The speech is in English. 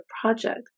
project